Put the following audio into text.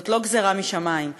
זאת לא גזירה משמים.